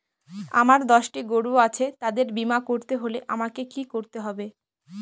আমার দশটি গরু আছে তাদের বীমা করতে হলে আমাকে কি করতে হবে?